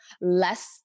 less